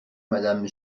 madame